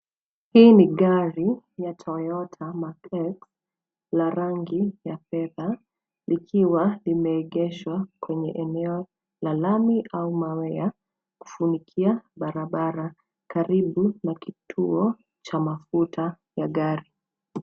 Hii ni gari ya Toyota-Mark X la rangi ya fedha likiwa limeengeshwa kwenye eneo la lami au mawe ya kufunikia barabara karibu na kituo cha mafuta ya gari.